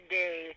day